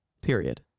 period